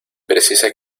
precisa